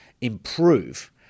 improve